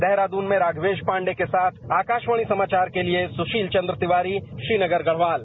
देहरादून में राघवेश पांडे के साथ आकाशवाणी समाचार के लिए सुशील चंद तिवारी श्रीनगर गढ़वाल